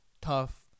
tough